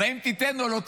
אז האם תיתן או לא תיתן?